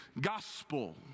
gospel